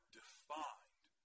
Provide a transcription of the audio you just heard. defined